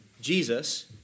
Jesus